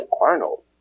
Arnold